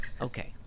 Okay